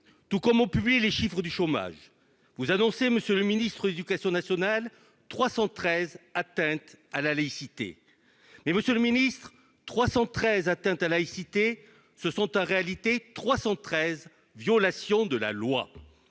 tout comme on publié les chiffres du chômage, vous annoncez monsieur le Ministre, Éducation nationale, 313 atteinte à la laïcité, mais Monsieur le Ministre, 313 atteinte à laïcité, ce sont en réalité 313 violation de la loi,